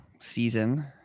season